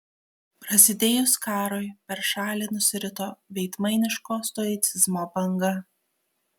prasidėjus karui per šalį nusirito veidmainiško stoicizmo banga